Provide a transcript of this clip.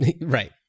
right